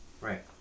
right